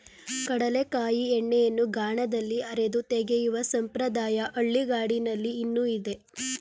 ಕಡಲೆಕಾಯಿ ಎಣ್ಣೆಯನ್ನು ಗಾಣದಲ್ಲಿ ಅರೆದು ತೆಗೆಯುವ ಸಂಪ್ರದಾಯ ಹಳ್ಳಿಗಾಡಿನಲ್ಲಿ ಇನ್ನೂ ಇದೆ